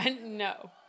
No